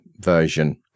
version